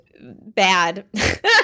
bad